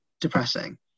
depressing